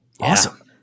awesome